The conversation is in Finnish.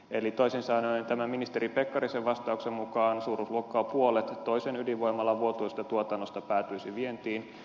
eli toisin sanoen tämän ministeri pekkarisen vastauksen mukaan suuruusluokkaa puolet toisen ydinvoimalan vuotuisesta tuotannosta päätyisi vientiin